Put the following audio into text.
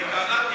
יואב,